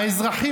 דקות.